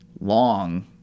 long